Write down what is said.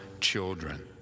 children